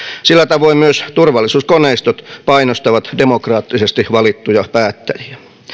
sillä tavoin myös turvallisuuskoneistot painostavat demokraattisesti valittuja päättäjiä